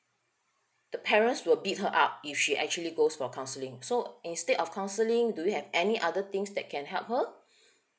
the parents will beat her up if she actually goes for counselling so instead of counseling do you have any other things that can help her